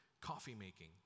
coffee-making